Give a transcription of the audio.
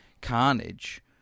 carnage